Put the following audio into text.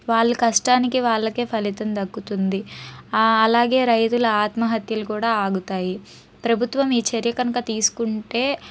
వాళ్ళ కష్టానికి వాళ్ళకే ఫలితం దక్కుతుంది అలాగే రైతుల ఆత్మహత్యలు కూడా ఆగుతాయి ప్రభుత్వం ఈ చర్య కనుక తీసుకుంటే